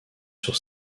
sur